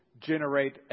generate